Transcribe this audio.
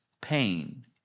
pain